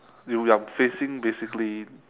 you you're facing basically